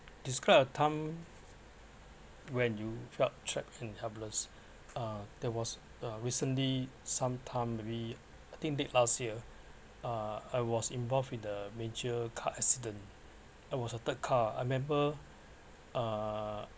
describe a time when you felt trapped and helpless uh there was a recently some time maybe I think did last year uh I was involved in a major car accident I was the third car I remember uh